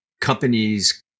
companies